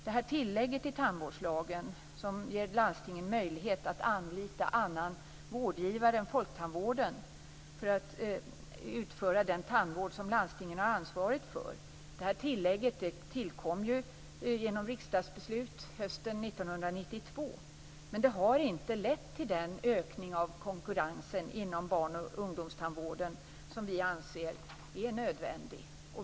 Det tillägg i tandvårdslagen som ger landstingen möjlighet att anlita annan vårdgivare än Folktandvården för att utföra den tandvård som landstingen har ansvaret för tillkom genom ett riksdagsbeslut hösten 1992. Men det har inte lett till den ökning av konkurrensen inom barn och ungdomstandvården som vi anser är nödvändig.